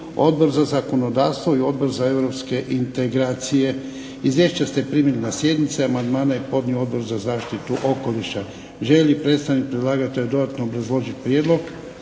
Odbor za zakonodavstvo i Odbor za europske integracije. Izvješća ste primili na sjednici. Amandmane je podnio Odbor za zaštitu okoliša. Želi li predstavnik predlagatelja dodatno obrazložiti prijedlog?